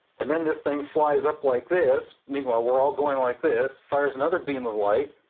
and then this thing flies up like this, meanwhile, we're all going like this, fires another beam of light,